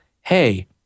hey